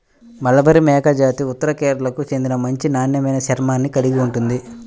మలబారి మేకజాతి ఉత్తర కేరళకు చెందిన మంచి నాణ్యమైన చర్మాన్ని కలిగి ఉంటుంది